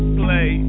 play